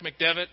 McDevitt